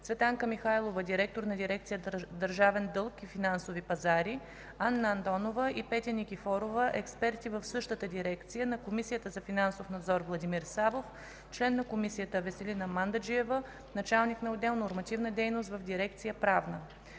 Цветанка Михайлова – директор на дирекция „Държавен дълг и финансови пазари”, Анна Андонова и Петя Никифорова – експерти в същата дирекция; на Комисията за финансов надзор: Владимир Савов – член на Комисията, Веселина Мандаджиева – началник на отдел „Нормативна дейност" в дирекция „Правна”.